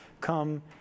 come